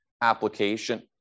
application